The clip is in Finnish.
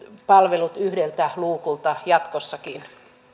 palvelut yhdeltä luukulta jatkossakin